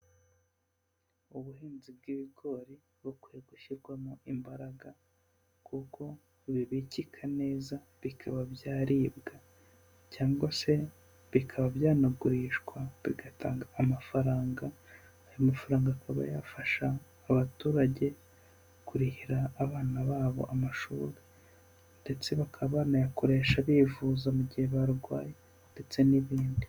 Ubuhinzi bw'ibigori bukwiye gushyirwamo imbaraga kuko bibikika neza bikaba byaribwa cyangwa se bikaba byanagurishwa bigatanga amafaranga, ayo mafaranga akaba yafasha abaturage kurihira abana babo amashuri ndetse bakaba banayakoresha bivuza mu gihe barwaye ndetse n'ibindi.